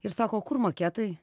ir sako o kur maketai